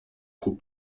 quo